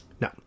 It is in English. no